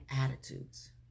attitudes